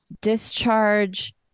discharge